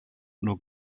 nur